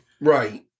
Right